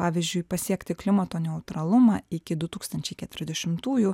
pavyzdžiui pasiekti klimato neutralumą iki du tūkstančiai keturiasdešimtųjų